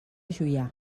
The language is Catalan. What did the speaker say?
juià